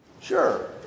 sure